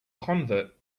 convert